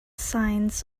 signs